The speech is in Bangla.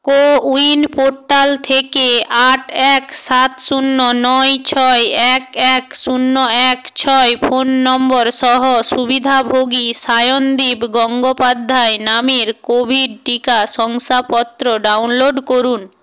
কোউইন পোর্টাল থেকে আট এক সাত শূন্য নয় ছয় এক এক শূন্য এক ছয় ফোন নম্বর সহ সুবিধাভোগী শায়নদীপ গঙ্গোপাধ্যায় নামের কোভিড টিকা শংসাপত্র ডাউনলোড করুন